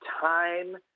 time